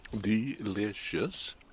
delicious